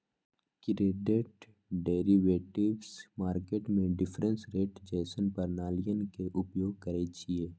credit derivatives market में difference rate जइसन्न प्रणालीइये के उपयोग करइछिए